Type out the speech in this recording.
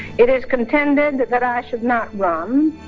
it is contended that that i should not run um